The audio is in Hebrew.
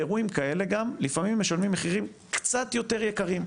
באירועים כאלה לפעמים משלמים מחירים קצת יותר יקרים.